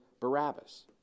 Barabbas